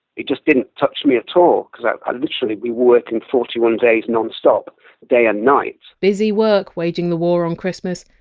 it just didn't touch me at all, because literally we worked and forty one days non-stop day and night busy work, waging the war on christmas.